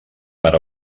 per